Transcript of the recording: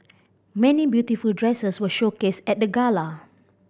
many beautiful dresses were showcased at the gala